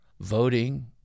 voting